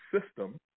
system